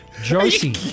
Josie